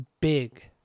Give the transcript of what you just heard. big